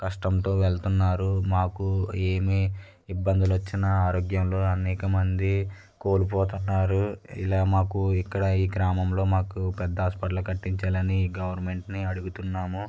కష్టంతో వెళుతున్నారు మాకు ఏమీ ఇబ్బందులు వచ్చినా అనేకమంది కోల్పోతున్నారు ఇలా మాకు ఇక్కడ మా గ్రామంలో మాకు పెద్ద హాస్పిటల్ కట్టించాలని గవర్నమెంట్ని అడుగుతున్నాము